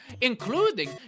including